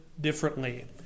differently